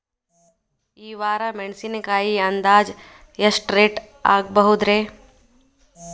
ಈ ವಾರ ಮೆಣಸಿನಕಾಯಿ ಅಂದಾಜ್ ಎಷ್ಟ ರೇಟ್ ಆಗಬಹುದ್ರೇ?